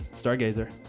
Stargazer